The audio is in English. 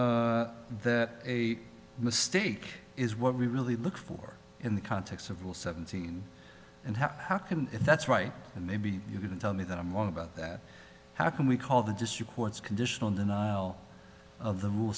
cortland that a mistake is what we really look for in the context of will seventeen and how how can if that's right and maybe you can tell me that i'm all about that how can we call the district courts conditional denial of the rule